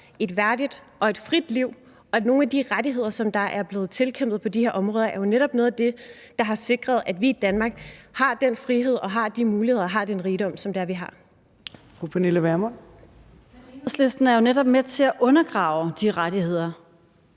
et værdigt og et frit liv, og nogle af de rettigheder, som man har kæmpet sig til på de her områder, er jo netop noget af det, der har sikret, at vi i Danmark har den frihed og har de muligheder og har den rigdom, som vi har. Kl. 15:13 Fjerde næstformand (Trine Torp): Fru Pernille Vermund.